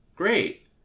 great